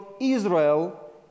Israel